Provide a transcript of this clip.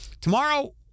Tomorrow